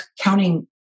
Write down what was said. counting